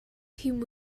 тийм